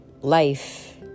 life